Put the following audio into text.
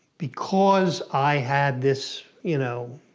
because i had this, you know,